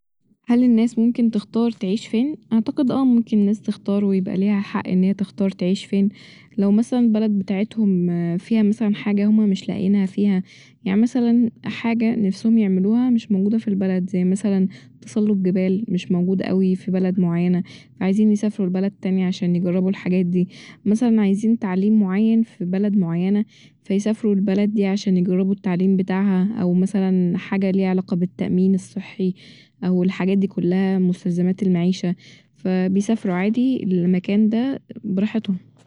هل الناس ممكن تختار تعيش فين؟ اعتقد اه ممكن الناس تختار ويبقى ليها حق ان هي تختار تعيش فين لو مثلا بلد بتاعتهم فيها مثلا حاجة هم مش لاقينها فيها يعني مثلا حاجة نفسهم يعملوها مش موجودة ف البلد زي مثلا تسلق جبال مش موجود اوي ف بلد معينة عايزين يسافرو لبلد تانية عشان يجربو الحاجات دي ، مثلا عايزين تعليم معين ف بلد معينة ف يسافرو البلد دي عشان يجربو التعليم بتاعها او مثلا حاجة ليها علاقة بالتأمين الصحي أو الحاجات دي كلها مستلزمات المعيشة ف بيسافرو عادي للمكان ده براحتهم